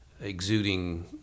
exuding